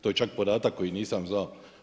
To je čak podatak koji nisam znao.